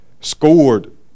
scored